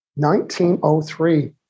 1903